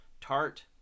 tart